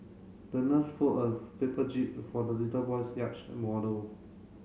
the nurse fold of paper jib for the little boy's yacht model